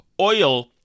oil